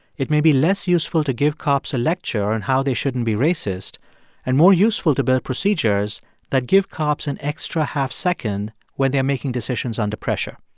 it may be less useful to give cops a lecture on and how they shouldn't be racist and more useful to build procedures that give cops an extra half second when they are making decisions under pressure.